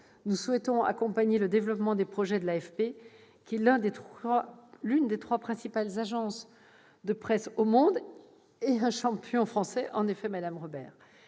Nous souhaitons accompagner le développement des projets de l'AFP, qui est l'une des trois principales agences de presse au monde et qui est, en effet, madame Robert,